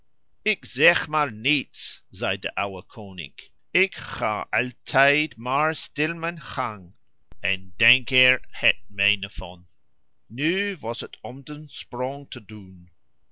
ik zeg maar niets zei de oude koning ik ga altijd maar stil mijn gang en denk er het mijne van nu was het om den sprong te doen